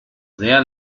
sehr